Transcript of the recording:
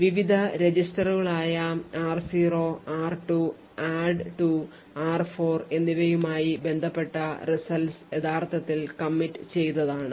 വിവിധ രജിസ്റ്ററുകളായ r0 r2 add2 r4 എന്നിവയുമായി ബന്ധപ്പെട്ട results യഥാർത്ഥത്തിൽ commit ചെയ്തതാണ്